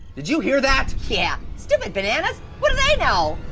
did you hear that? yeah, stupid bananas. what do they know?